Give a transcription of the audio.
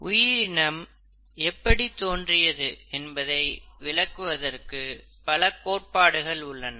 உயிரினம் எப்படி தோன்றியது என்பதை விளக்குவதற்கு பல கோட்பாடுகள் உள்ளன